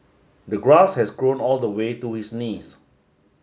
the grass has grown all the way to his knees